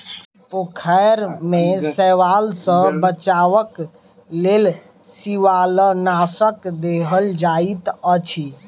पोखैर में शैवाल सॅ बचावक लेल शिवालनाशक देल जाइत अछि